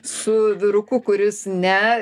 su vyruku kuris ne